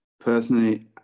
Personally